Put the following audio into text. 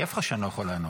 כיף לך שאני לא יכול לענות.